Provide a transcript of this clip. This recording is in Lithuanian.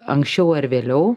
anksčiau ar vėliau